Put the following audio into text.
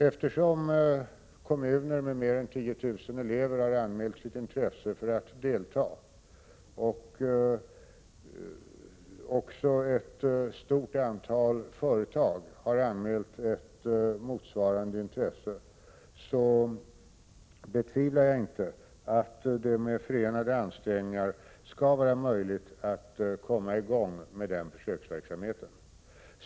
Eftersom kommuner med mer än 10 000 elever har anmält sitt intresse för att delta och även ett stort antal företag har anmält ett motsvarande intresse, betvivlar jag icke att det med förenade ansträngningar skall vara möjligt att komma i gång med denna försöksverksamhet.